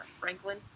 Franklin